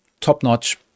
top-notch